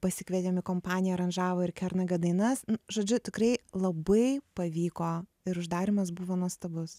pasikvietėm į kompaniją aranžavo ir kernagio dainas žodžiu tikrai labai pavyko ir uždarymas buvo nuostabus